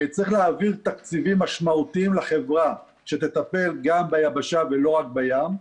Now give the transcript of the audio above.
צריך להעביר תקציבים משמעותיים לחברה שתטפל גם ביבשה ולא רק בים.